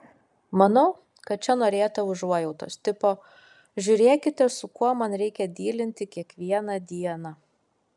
manau kad čia norėta užuojautos tipo žiūrėkite su kuo man reikia dylinti kiekvieną dieną